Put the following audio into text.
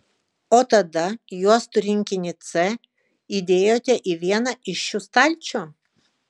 o tada juostų rinkinį c įdėjote į vieną iš šių stalčių